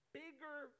bigger